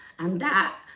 and that,